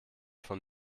von